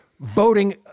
voting